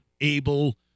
able